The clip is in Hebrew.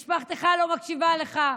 משפחתך לא מקשיבה לך,